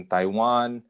Taiwan